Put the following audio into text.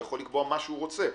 הוא יכול לקבוע מה שהוא רוצה.